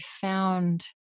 found